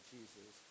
Jesus